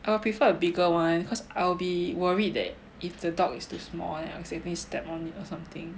I will prefer a bigger one because I'll be worried that if the dog is too small then I accidentally step on it or something